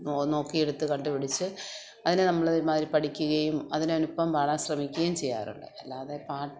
no നോക്കിയെടുത്ത് കണ്ടുപിടിച്ച് അതിനെ നമ്മള് ഇമ്മാതിരി പഠിക്കുകയും അതിനോടൊപ്പം പാടാൻ ശ്രമിക്കുകയും ചെയ്യാറുണ്ട് അല്ലാതെ പാ